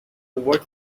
what’s